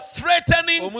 threatening